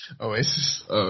Oasis